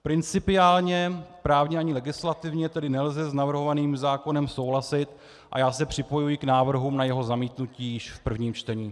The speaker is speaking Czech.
Principiálně právně ani legislativně tedy nelze s navrhovaným zákonem souhlasit, a já se připojuji k návrhům na jeho zamítnutí již v prvém čtení.